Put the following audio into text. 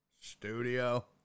studio